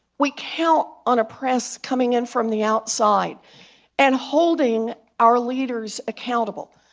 we count on a press coming in from the outside and holding our leaders accountable,